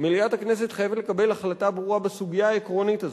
מליאת הכנסת חייבת לקבל החלטה ברורה בסוגיה העקרונית הזאת.